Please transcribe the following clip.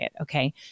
Okay